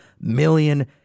million